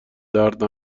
درد